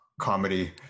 comedy